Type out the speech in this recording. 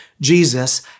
Jesus